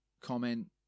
Comment